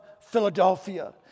Philadelphia